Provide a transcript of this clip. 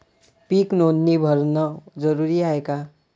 पीक नोंदनी भरनं जरूरी हाये का?